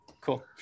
Cool